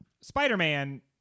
Spider-Man